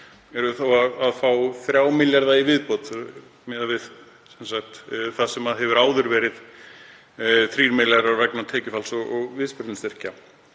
við þá að fá 3 milljarða í viðbót miðað við það sem hefur áður verið, 3 milljarða vegna tekjufalls- og viðspyrnustyrkja,